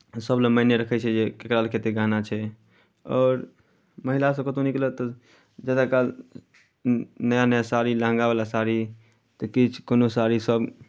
सभ लेल मायने रखै छै जे ककरा लग कतेक गहना छै आओर महिलासभ कतहु निकलत तऽ जादा काल नया नया साड़ी लहंगावला साड़ी तऽ किछु कोनो साड़ीसभ